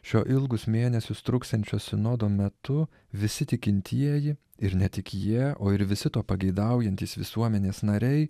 šio ilgus mėnesius truksiančio sinodo metu visi tikintieji ir ne tik jie o ir visi to pageidaujantys visuomenės nariai